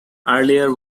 earlier